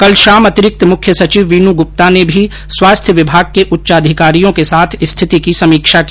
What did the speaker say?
कल शाम अतिरिक्त मुख्य सचिव वीनू गुप्ता ने भी स्वास्थ्य विभाग के उच्चाधिकारियों के साथ स्थिति की समीक्षा की